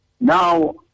Now